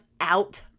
out